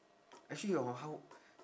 actually hor how